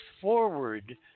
forward